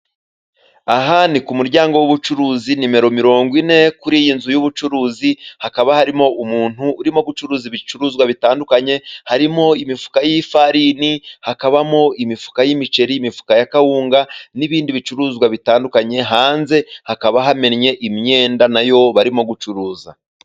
Aha ni ku muryango w'ubucuruzi ,nimero mirongo ine kuri iyi nzu y'ubucuruzi hakaba harimo umuntu urimo gucuruza ibicuruzwa bitandukanye harimo imifuka y'ifarini ,ihakabamo imifuka y'imiceri imifuka ya kawunga n'ibindi bicuruzwa bitandukanye, hanze hakaba hamennye imyenda nayo barimo gucuruza.